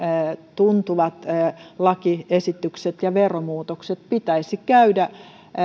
tuntuvat lakiesitykset ja veromuutokset pitäisi käydä